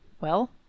Well